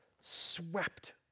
swept